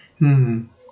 hmm